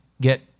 get